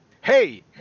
Hey